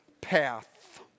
path